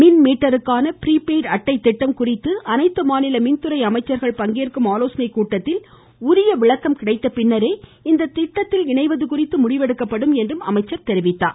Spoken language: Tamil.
மின் மீட்டருக்கான ப்ரீபெய்டு அட்டை திட்டம் குறித்து அனைத்து மாநில மின்துறை அமைச்சர்கள் பங்கேற்கும் ஆலோசனைக் கூட்டத்தில் உரிய விளக்கம் கிடைத்த பின்னரே இந்த திட்டத்தில் இணைவது குறித்து முடிவெடுக்கப்படும் என்றும் அமைச்சர் கூறினார்